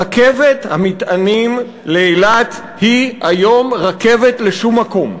רכבת המטענים לאילת היא היום רכבת לשום מקום.